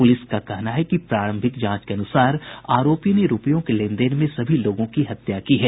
police का कहना है कि प्रारंभिक जांच के अनुसार आरोपी ने रूपयों के लेनदेन में सभी लोगों की हत्या की है